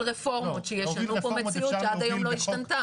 רפורמות שישנו פה מציאות שעד היום לא השתנה.